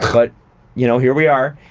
but you know, here we are.